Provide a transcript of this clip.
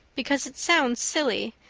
because it sounds silly.